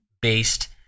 based